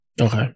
Okay